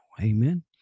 amen